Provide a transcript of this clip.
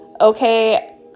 Okay